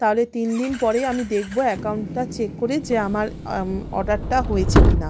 তালে তিন দিন পরেই আমি দেখবো অ্যাকাউন্টটা চেক করে যে আমার অর্ডারটা হয়েছে কি না